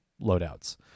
loadouts